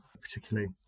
particularly